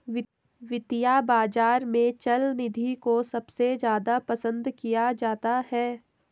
वित्तीय बाजार में चल निधि को सबसे ज्यादा पसन्द किया जाता है